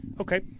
Okay